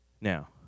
Now